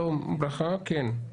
כן, בקצרה.